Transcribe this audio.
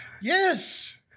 Yes